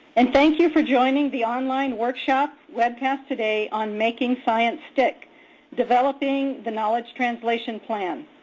and thank you for joining the online workshop webcast today on making science stick developing the knowledge translation plan.